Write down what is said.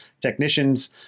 technicians